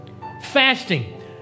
Fasting